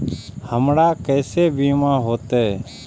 हमरा केसे बीमा होते?